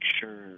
sure